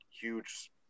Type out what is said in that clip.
huge